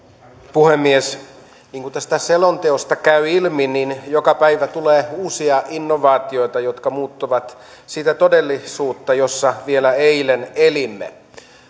puhemies niin kuin tästä selonteosta käy ilmi niin joka päivä tulee uusia innovaatioita jotka muuttavat sitä todellisuutta jossa vielä eilen elimme